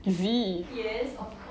is it